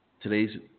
Today's